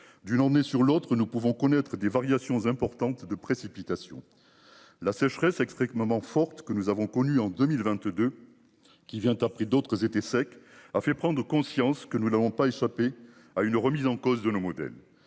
d'une année sur l'autre. Nous pouvons connaître des variations importantes de précipitations. La sécheresse explique maman forte que nous avons connu en 2022. Qui vient après d'autres étés secs a fait prendre conscience que nous n'avons pas échapper à une remise en cause de nos modèles